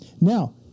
Now